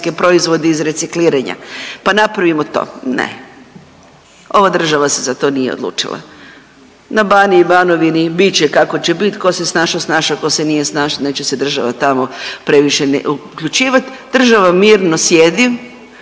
iz recikliranja, pa napravimo to. Ne, ova država se za to nije odlučila. Na Baniji i Banovini bit će kako će bit, ko se snašo snašo, ko se nije snašo neće se država tamo previše ni uključivat, država mirno sjedi,